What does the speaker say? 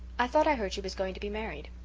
i thought i heard she was going to be married?